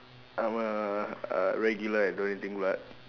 I'm a uh regular at donating blood